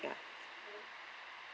ya